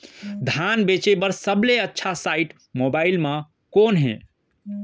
धान बेचे बर सबले अच्छा साइट मोबाइल म कोन हे?